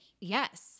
Yes